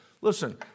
Listen